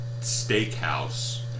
steakhouse